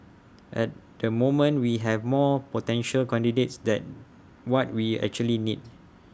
at the moment we have more potential candidates that what we actually need